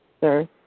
sir